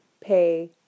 pay